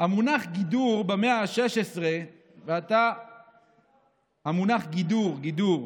המונח "גידור" במאה ה-16, המונח "גידור", גידור,